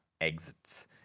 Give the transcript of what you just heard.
exits